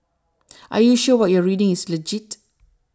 are you sure what you're reading is legit